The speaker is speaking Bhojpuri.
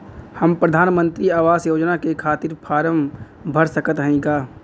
हम प्रधान मंत्री आवास योजना के खातिर फारम भर सकत हयी का?